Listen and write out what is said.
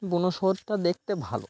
বুনো শুয়োরটা দেখতে ভালো